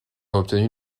obtenu